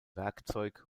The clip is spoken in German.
werkzeug